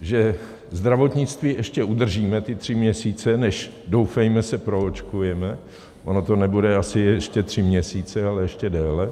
že zdravotnictví ještě udržíme ty tři měsíce, než doufejme se proočkujeme ono to nebude asi tři měsíce, ale ještě déle.